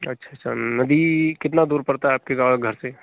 अच्छा अच्छा अभी कितना दूर पड़ता है आपके गाँव घर से